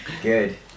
Good